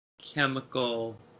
chemical